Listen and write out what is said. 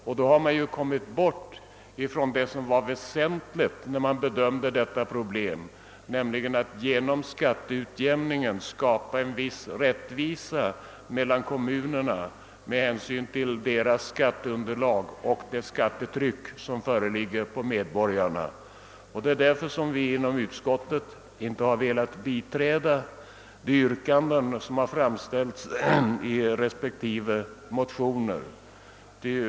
Därmed har man kommit bort från vad som var det väsentliga då man bedömde detta problem, nämligen att genom skatteutjämning skapa en viss rättvisa mellan kommunerna med hänsyn till deras skatteunderlag och det skatietryck som föreligger på medborgarna. Därför har vi inom utskottet inte velat biträda de yrkanden som framställts i respektive motioner.